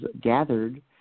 gathered